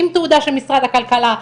עם תעודה של משרד הכלכלה,